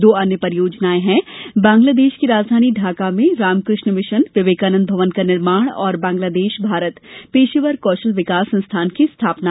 दो अन्य परियोजनाएं हैं बंगलादेश की राजधानी ढाका में रामकृष्ण मिशन विवेकानंद भवन का निर्माण और बांग्लादेश भारत पेशेवर कौशल विकास संस्थान की स्थापना